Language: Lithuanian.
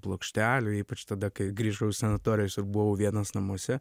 plokštelių ypač tada kai grįžau iš sanatorijos ir buvau vienas namuose